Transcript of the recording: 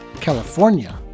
California